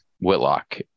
Whitlock